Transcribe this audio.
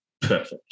Perfect